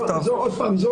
לנגד עינינו זה